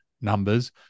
numbers